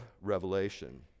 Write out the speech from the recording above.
Revelation